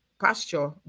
pasture